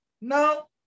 No